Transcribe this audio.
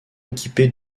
équipés